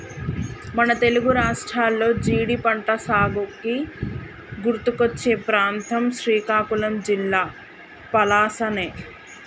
మన తెలుగు రాష్ట్రాల్లో జీడి పంటసాగుకి గుర్తుకొచ్చే ప్రాంతం శ్రీకాకుళం జిల్లా పలాసనే